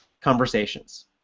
conversations